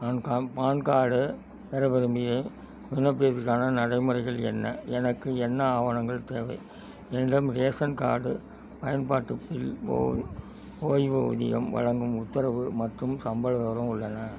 நான் கான் PAN card பெற விரும்புகிறேன் விண்ணப்பிப்பதற்கான நடைமுறைகள் என்ன எனக்கு என்ன ஆவணங்கள் தேவை என்னிடம் ரேசன் கார்டு பயன்பாட்டு பில் ஓய் ஓய்வூதியம் வழங்கும் உத்தரவு மற்றும் சம்பள விவரம் உள்ளன